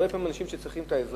הרבה פעמים אלה אנשים שצריכים עזרה,